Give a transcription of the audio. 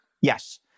Yes